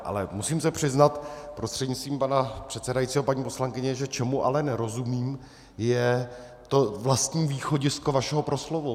Ale musím se přiznat prostřednictvím pana předsedajícího, paní poslankyně, čemu ale nerozumím, je to vlastní východisko vašeho proslovu.